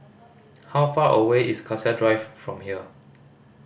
how far away is Cassia Drive from here